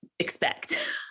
expect